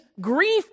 grief